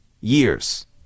years